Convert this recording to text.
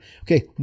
Okay